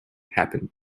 happened